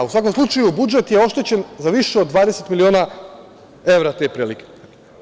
U svakom slučaju, budžet je oštećen za više od 20 miliona evra tom prilikom.